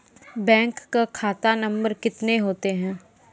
Bank का खाता number कितने होते हैं?